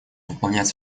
выполнять